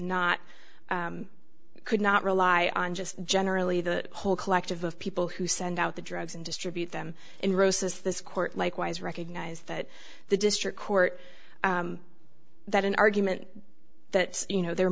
not could not rely on just generally the whole collective of people who send out the drugs and distribute them in roses this court likewise recognise that the district court that an argument that you know there